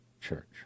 church